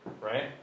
right